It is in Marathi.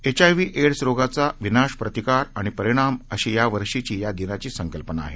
एचआयव्ही एड्स रोगाचा विनाश प्रतिकार आणि परिणाम अशी यावर्षीची या दिनाची संकल्पना आहे